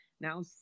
Now